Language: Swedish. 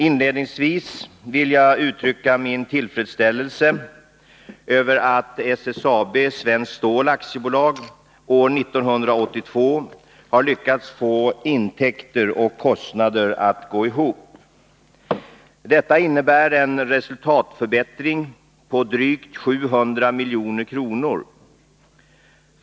Inledningsvis vill jag uttrycka min tillfredsställelse över att SSAB, Svenskt "Stål AB, år 1982 har lyckats få intäkter och kostnader att gå ihop. Detta innebär en resultatförbättring på drygt 700 milj.kr.